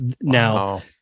now